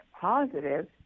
positive